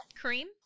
cream